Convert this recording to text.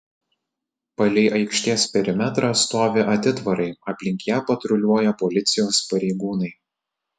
palei aikštės perimetrą stovi atitvarai aplink ją patruliuoja policijos pareigūnai